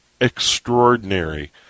extraordinary